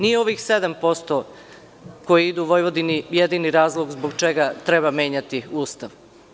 Nije ovih 7% koji idu Vojvodini jedini razlog zbog čega treba menjati Ustav.